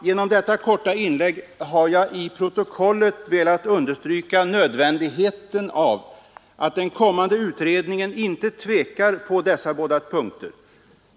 Genom detta korta inlägg har jag i protokollet velat understryka nödvändigheten av att den kommande utredningen inte tvekar på dessa båda punkter.